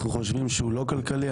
אנחנו חושבים שהוא לא כלכלי.